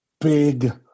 big